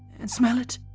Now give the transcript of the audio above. and smell it?